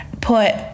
put